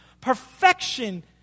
Perfection